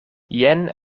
jen